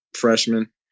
freshman